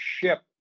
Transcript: ship